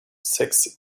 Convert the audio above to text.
sex